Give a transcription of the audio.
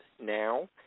now